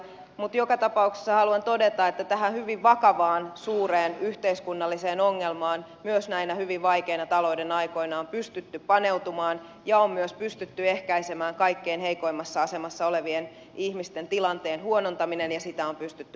mutta joka tapauksessa haluan todeta että tähän hyvin vakavaan suureen yhteiskunnalliseen ongelmaan myös näinä hyvin vaikeina talouden aikoina on pystytty paneutumaan ja on myös pystytty ehkäisemään kaikkein heikoimmassa asemassa olevien ihmisten tilanteen huonontaminen ja sitä on pystytty